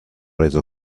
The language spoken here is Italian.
reso